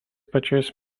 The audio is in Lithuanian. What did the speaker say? pačiais